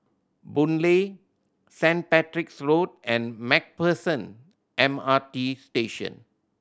Boon Lay Saint Patrick's Road and Macpherson M R T Station